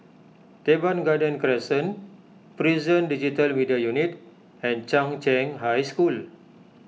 Teban Garden Crescent Prison Digital Media Unit and Chung Cheng High School